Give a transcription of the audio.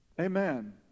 Amen